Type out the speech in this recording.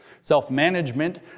Self-management